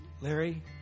Larry